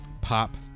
pop